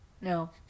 No